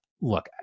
look